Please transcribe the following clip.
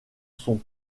sont